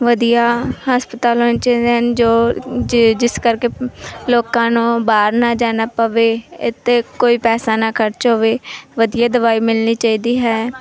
ਵਧੀਆ ਹਸਪਤਾਲ ਹੋਣੇ ਚਾਹੀਦੇ ਹਨ ਜੋ ਜੇ ਜਿਸ ਕਰਕੇ ਲੋਕਾਂ ਨੂੰ ਬਾਹਰ ਨਾ ਜਾਣਾ ਪਵੇ ਇੱਥੇ ਕੋਈ ਪੈਸਾ ਨਾ ਖਰਚ ਹੋਵੇ ਵਧੀਆ ਦਵਾਈ ਮਿਲਣੀ ਚਾਹੀਦੀ ਹੈ